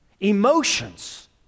Emotions